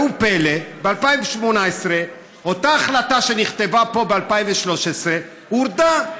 ראו זה פלא: ב-2018 אותה החלטה שנכתבה ב-2013 הורדה,